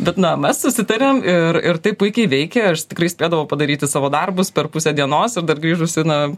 bet na mes susitarėm ir ir tai puikiai veikė aš tikrai spėdavau padaryti savo darbus per pusę dienos ir dar grįžusi na